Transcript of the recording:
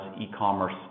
e-commerce